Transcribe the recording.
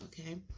Okay